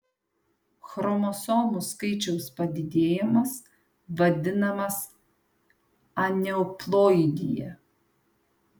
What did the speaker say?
chromosomų skaičiaus padidėjimas vadinamas aneuploidija